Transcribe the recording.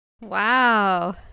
Wow